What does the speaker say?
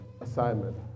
assignment